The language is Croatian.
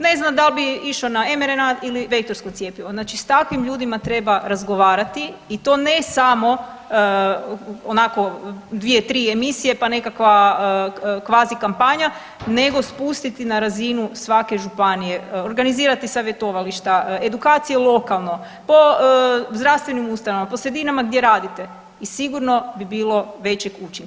Ne zna da l' bi išao na mRNA ili vektorsko cjepivo, znači s takvim ljudima treba razgovarati i to ne samo onako, 2, 3 emisije pa nekakva kvazikampanja nego spustiti na razinu svake županije, organizirati savjetovališta, edukacije lokalno, po zdravstvenim ustanovama, po sredinama gdje radite i sigurno bi bilo većeg učinka.